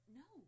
no